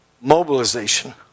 mobilization